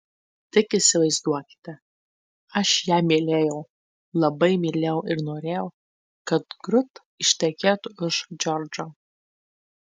tik įsivaizduokite aš ją mylėjau labai mylėjau ir norėjau kad rut ištekėtų už džordžo